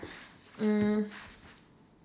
mm